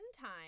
time